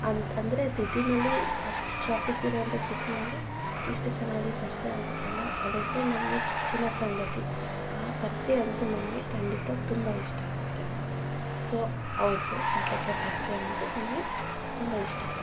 ಅಂತ ಅಂದರೆ ಸಿಟಿಯಲ್ಲಿ ಅಷ್ಟು ಟ್ರಾಫಿಕ್ ಇರೋವಂಥ ಸಿಟಿಯಲ್ಲಿ ಇಷ್ಟು ಚೆನ್ನಾಗಿ ಪರಿಷೆ ಆಗುತ್ತಲ್ಲ ಅದೊಂದೆ ನಮಗೆ ನೆಚ್ಚಿನ ಸಂಗತಿ ಆ ಪರಿಷೆ ಅಂತೂ ನಮಗೆ ಖಂಡಿತ ತುಂಬ ಇಷ್ಟ ಆಗುತ್ತೆ ಸೊ ಹೌದು ಕಡಲೇಕಾಯಿ ಪರಿಷೆ ಅನ್ನೋದು ನಮಗೆ ತುಂಬ ಇಷ್ಟ ಆಗತ್ತೆ